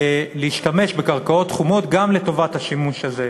להשתמש בקרקעות חומות גם לטובת השימוש הזה.